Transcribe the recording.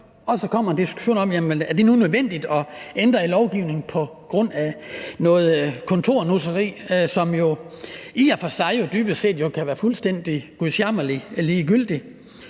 også kommer en diskussion om, hvorvidt det nu er nødvendigt at ændre i lovgivningen på grund af noget kontornusseri, som jo i og for sig dybest set kan være fuldstændig gudsjammerlig ligegyldigt.